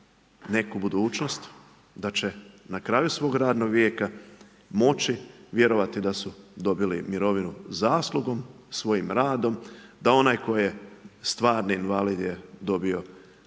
neku budućnost, da će na kraju svog radnog vijeka, moći vjerovati da su dobili mirovinu zaslugom svojim radom, da onaj tko je stvarni invalid je dobio